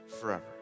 forever